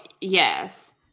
yes